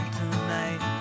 tonight